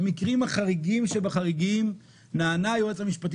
במקרים החריגים שבחריגים נענה היועץ המשפטי